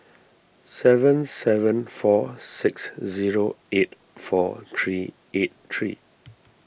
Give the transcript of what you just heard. seven seven four six zero eight four three eight three